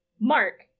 Mark